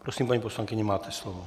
Prosím, paní poslankyně, máte slovo.